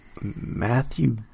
Matthew